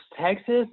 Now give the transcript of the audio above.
Texas